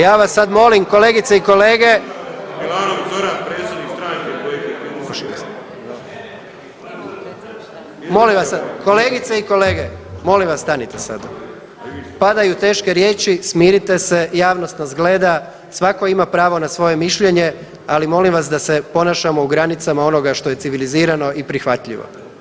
Ja vas sad molim kolegice i kolege, …... [[Upadica Bulj, ne razumije se.]] Molim vas, kolegice i kolege, molim vas, stanite sad. padaju teške riječi, smirite se, javnost nas gleda, svatko ima pravo na svoje mišljenje, ali molim vas da se ponašamo u granicama onoga što je civilizirano i prihvatljivo.